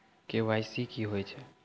KYC की होय छै?